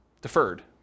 deferred